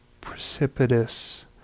precipitous